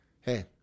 Hey